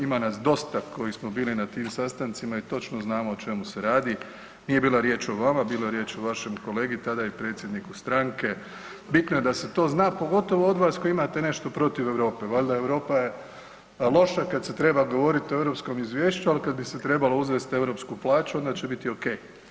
Ima nas dosta koji smo bili na tim sastancima i točno znamo o čemu se radi, nije bila riječ o vama, bila je riječ o vašem kolegi tada i predsjedniku stranke, bitno je da se to zna, pogotovo od vas koji imate nešto protiv Europe, valjda Europa je loša kad se treba govoriti o europskom izvješću, ali kad bi se trebalo uzeti europsku plaću, onda će biti okej.